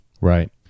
Right